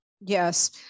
Yes